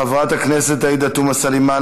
חברת הכנסת עאידה תומא סלימאן,